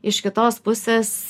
iš kitos pusės